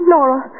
Nora